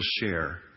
share